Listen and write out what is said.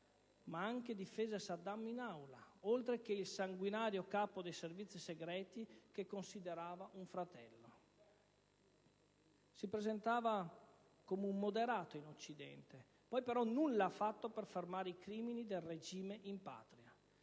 anche Saddam in Aula, oltre che il sanguinario capo dei servizi segreti che considerava un fratello. Si presentava come un moderato in Occidente, ma poi nulla ha fatto per fermare i crimini del regime in patria.